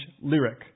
lyric